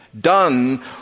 done